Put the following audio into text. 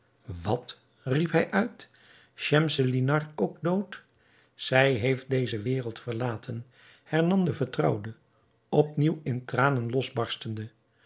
wat riep hij uit schemselnihar ook dood zij heeft deze wereld verlaten hernam de vertrouwde op nieuw in tranen losbarstende